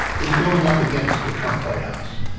is going up against the trump white house.